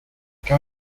can